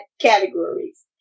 categories